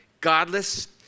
godless